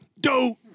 Dope